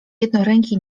jednoręki